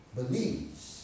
believes